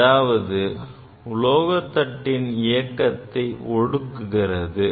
அதாவது உலோகத் தட்டின் இயக்கத்தை ஒடுக்குகிறது